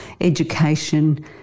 education